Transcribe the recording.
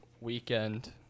weekend